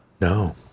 no